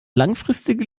langfristige